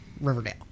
Riverdale